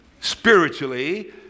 spiritually